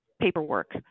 paperwork